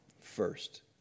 first